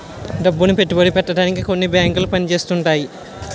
డబ్బులను పెట్టుబడి పెట్టడానికే కొన్ని బేంకులు పని చేస్తుంటాయట